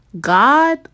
God